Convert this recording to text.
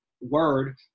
word